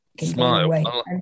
smile